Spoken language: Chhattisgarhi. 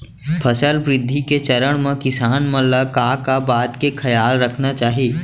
फसल वृद्धि के चरण म किसान मन ला का का बात के खयाल रखना चाही?